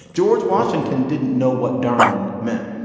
george washington didn't know what dern meant.